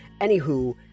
Anywho